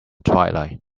twilight